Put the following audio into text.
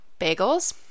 bagels